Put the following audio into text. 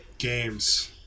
Games